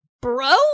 bro